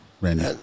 Randy